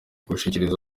gushishikariza